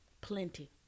Plenty